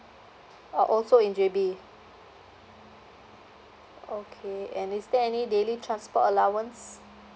are also in J_B okay and is there any daily transport allowance